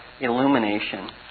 Illumination